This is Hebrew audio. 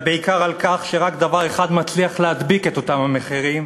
אלא בעיקר על כך שרק דבר אחד מצליח להדביק את אותם המחירים: